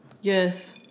yes